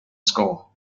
score